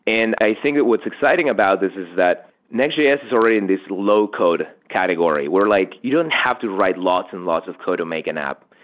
and i think what's exciting about this is that nextjs is already in this low code category, where like you don't have to write lots and lots of code to make an app.